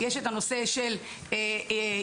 יש הנושא של אשפוזים